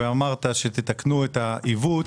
אמרת שתתקנו את העיוות.